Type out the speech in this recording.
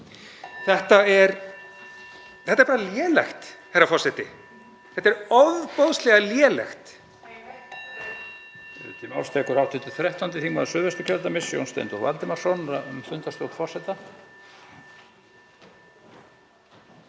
Þetta er bara lélegt, herra forseti. Þetta er ofboðslega lélegt.